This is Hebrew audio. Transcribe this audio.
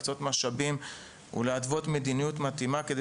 להקצות משאבים ולהתוות מדיניות מתאימה כדי